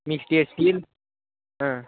మీకు స్టీల్